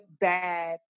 bad